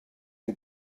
neu